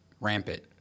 rampant